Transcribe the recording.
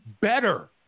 better